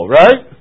right